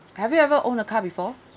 have you ever own a car before